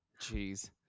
jeez